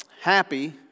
happy